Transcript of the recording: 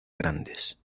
grandes